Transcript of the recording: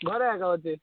ଘରେ ଏକା ଅଛି